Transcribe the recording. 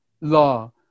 law